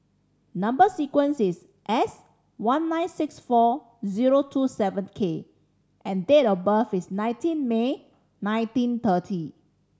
number sequence is S one nine six four zero two seven K and date of birth is nineteen May nineteen thirty